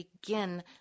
begin